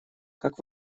как